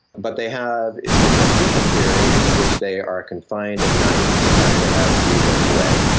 but they have a transition period in which they are confined at night, sometimes they have weekends away,